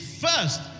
first